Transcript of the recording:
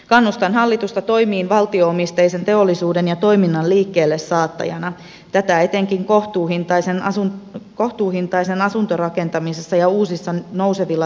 kannustan hallitusta toimiin valtio omisteisen teollisuuden ja toiminnan liikkeellesaattajana tätä etenkin kohtuuhintaisessa asuntorakentamisessa ja uusilla nousevilla teollisuudenaloilla